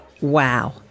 Wow